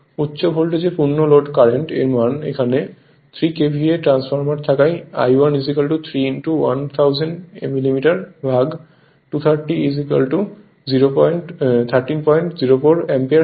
উচ্চ ভোল্টেজ এ পূর্ণ লোড কারেন্ট এর মান এখানে 3 KVA ট্রান্সফরমার থাকায় I1 3 1000 mm ভাগ 230 1304 অ্যাম্পিয়ার হয়